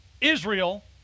Israel